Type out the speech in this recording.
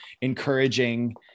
encouraging